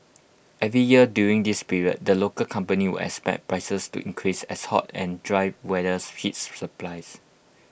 every year during this period the local company would expect prices to increase as hot and dry weather hits supplies